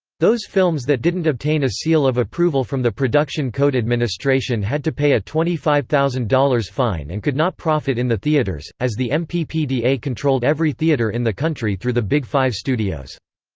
those films that didn't obtain a seal of approval from the production code administration had to pay a twenty five thousand dollars fine and could not profit in the theaters, as the mppda controlled every theater in the country through the big five studios.